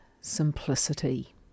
simplicity